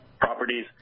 properties